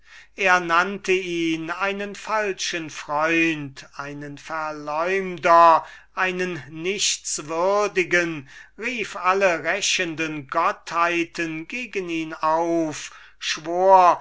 er nannte ihn einen falschen freund einen verleumder einen nichtswürdigen rief alle rächende gottheiten gegen ihn auf schwur